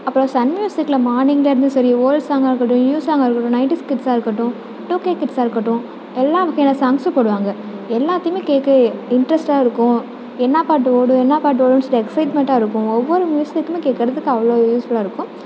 அப்புறம் சன் மியூசிக்கில் மார்னிங்கில் இருந்து சரி ஓல்ட் சாங்காக இருக்கட்டும் நியூ சாங்காக இருக்கட்டும் நைன்டிஸ் கிட்ஸாக இருக்கட்டும் டூ கே கிட்ஸாக இருக்கட்டும் எல்லா வகையான சாங்ஸும் போடுவாங்க எல்லாத்தையுமே கேட்க இன்ட்ரெஸ்ட்டாக இருக்கும் என்ன பாட்டு ஓடும் என்ன பாட்டு ஓடும்ன் சொல்லி எக்ஸைட்மெண்டாக இருக்கும் ஒவ்வொரு மியூசிக்குமே கேட்கறதுக்கு அவ்வளோ யூஸ்ஃபுல்லாக இருக்கும்